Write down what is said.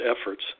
efforts